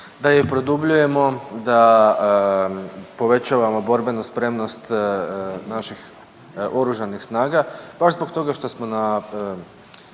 da je produbljujemo, da povećavamo borbenu spremnost naših Oružanih snaga, baš zbog